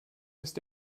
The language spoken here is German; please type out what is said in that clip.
ist